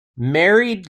married